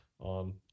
on